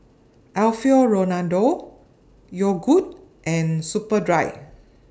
Alfio Raldo Yogood and Superdry